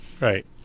right